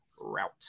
route